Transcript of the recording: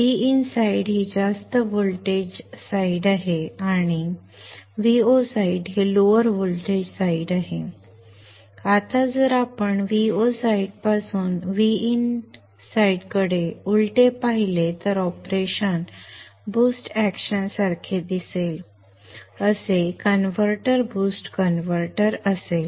Vin side ही जास्त voltage बाजू आहे आणि Vo साइड ही लोअर व्होल्टेज साइड आहे आता जर आपण Vo साइड पासून Vin बाजूकडे उलटे पाहिले तर ऑपरेशन बूस्ट अॅक्शन सारखे दिसेल असे कन्व्हर्टर बूस्ट कन्व्हर्टर असेल